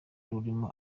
rurimo